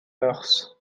moeurs